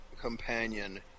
companion